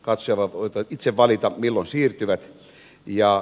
katsojat voivat itse valita milloin siirtyvät